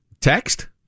Text